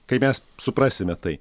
kai mes suprasime tai